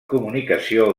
comunicació